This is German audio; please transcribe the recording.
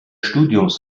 studiums